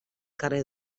carrer